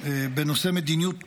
בנושא מדיניות המיגון.